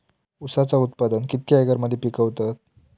ऊसाचा उत्पादन कितक्या एकर मध्ये पिकवतत?